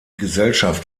gesellschaft